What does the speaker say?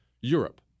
Europe